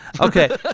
Okay